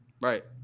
Right